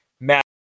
Matt